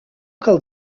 cal